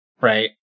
right